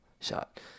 shot